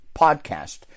podcast